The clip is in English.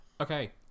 Okay